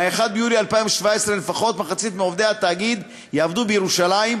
מ-1 ביולי 2017 לפחות מחצית מעובדי התאגיד יעבדו בירושלים,